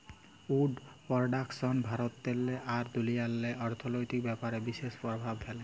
would পরডাকশল ভারতেল্লে আর দুনিয়াল্লে অথ্থলৈতিক ব্যাপারে বিশেষ পরভাব ফ্যালে